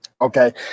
Okay